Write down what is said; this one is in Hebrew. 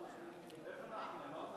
מי נגד?